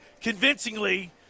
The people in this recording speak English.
convincingly